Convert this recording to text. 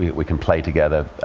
we can play together,